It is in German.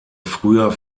früher